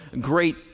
great